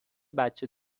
بچه